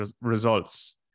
results